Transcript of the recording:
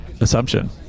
assumption